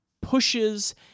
pushes